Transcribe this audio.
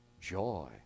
Joy